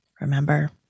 Remember